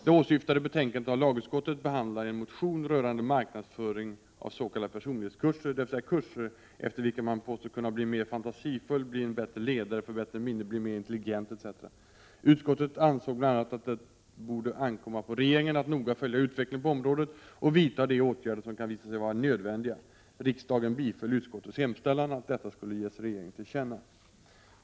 Det åsyftade betänkandet av lagutskottet .